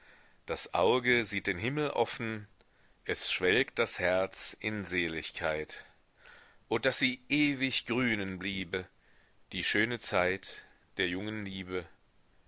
das auge sieht den himmel offen es schwelgt das herz in seligkeit o daß sie ewig grünen bliebe die schöne zeit der jungen liebe